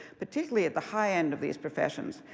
particularly at the high end of these professions.